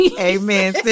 Amen